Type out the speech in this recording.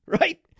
Right